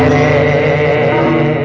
a